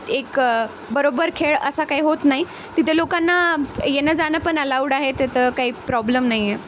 एक बरोब्बर खेळ असा काही होत नाही तिथे लोकांना येणं जाणं पण अलाऊड आहे तिथं काही प्रॉब्लेम नाही आहे